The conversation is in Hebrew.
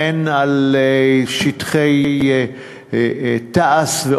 הן על שטחי תע"ש,